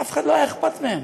לאף אחד לא היה אכפת מהם,